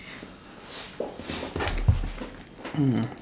mm